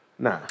Nah